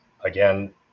Again